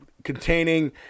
containing